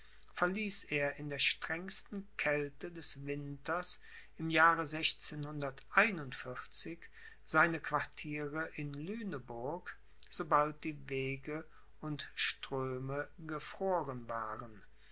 verließ er in der strengsten kälte des winters im jahre seine quartiere in lüneburg sobald die wege und ströme gefroren waren